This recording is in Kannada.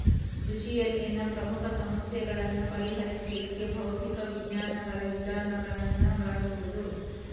ಕೃಷಿಯಲ್ಲಿನ ಪ್ರಮುಖ ಸಮಸ್ಯೆಗಳನ್ನ ಪರಿಹರಿಸ್ಲಿಕ್ಕೆ ಭೌತಿಕ ವಿಜ್ಞಾನಗಳ ವಿಧಾನಗಳನ್ನ ಬಳಸುದು